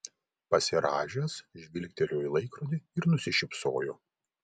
pasirąžęs žvilgtelėjo į laikrodį ir nusišypsojo